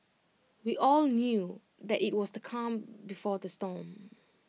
we all knew that IT was the calm before the storm